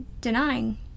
denying